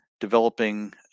developing